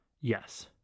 Yes